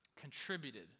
contributed